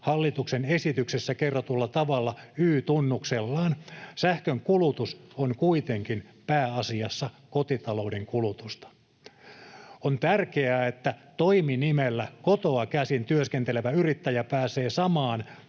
hallituksen esityksessä kerrotulla tavalla Y-tunnuksellaan. Sähkönkulutus on kuitenkin pääasiassa kotitalouden kulutusta. On tärkeää, että toiminimellä kotoa käsin työskentelevä yrittäjä pääsee samaan